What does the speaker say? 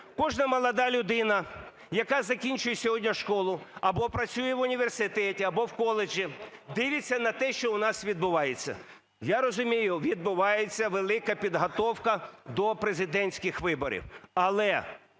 Кожна молода людина, яка закінчує сьогодні школу або працює в університеті, або в коледжі, дивиться на те, що у нас відбувається. Я розумію, відбувається велика підготовка до президентських виборів. Але